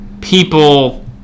people